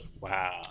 Wow